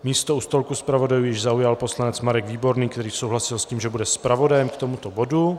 Místo u stolku zpravodajů již zaujal poslanec Marek Výborný, který souhlasil s tím, že bude zpravodajem k tomuto bodu.